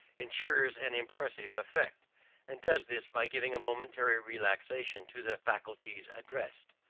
insures an impressive effect and does this by giving a momentary relaxation to the faculties addressed.